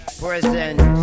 present